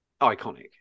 iconic